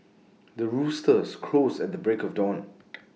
the roosters crows at the break of dawn